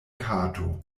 kato